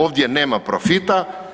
Ovdje nema profita.